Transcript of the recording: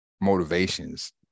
motivations